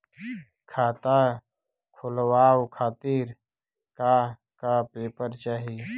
खाता खोलवाव खातिर का का पेपर चाही?